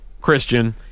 Christian